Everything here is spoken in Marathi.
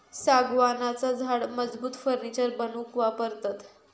सागवानाचा झाड मजबूत फर्नीचर बनवूक वापरतत